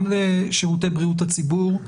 גם לשירותי בריאות הציבור.